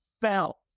felt